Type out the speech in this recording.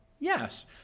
Yes